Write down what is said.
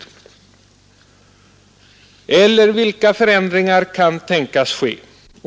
Man kan också fråga sig vilka förändringar som kan tänkas ske.